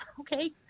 okay